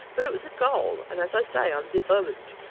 but it was a goal. and, as i say, i'm determined.